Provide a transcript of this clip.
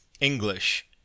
English